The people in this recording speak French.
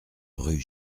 rue